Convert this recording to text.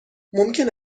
ممکن